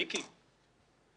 מיקי,